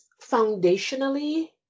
foundationally